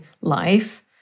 life